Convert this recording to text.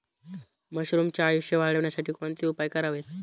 मशरुमचे आयुष्य वाढवण्यासाठी कोणते उपाय करावेत?